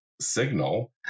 signal